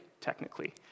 technically